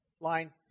line